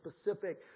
specific